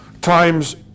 times